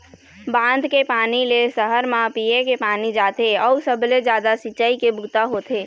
बांध के पानी ले सहर म पीए के पानी जाथे अउ सबले जादा सिंचई के बूता होथे